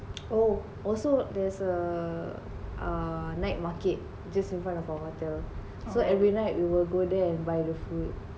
oh also there's a ah night market just in front of our water so every night we will go there and buy the food